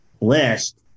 list